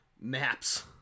maps